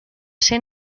ser